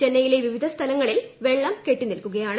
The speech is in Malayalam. ചെന്നൈയിലെ വിവിധ സ്ഥലങ്ങളിൽ വെള്ളം കെട്ടിനിൽക്കുകയാണ്